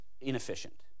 inefficient